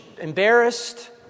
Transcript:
embarrassed